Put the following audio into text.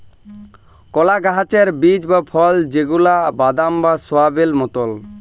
কলা গাহাচের বীজ বা ফল যেগলা বাদাম বা সয়াবেল মতল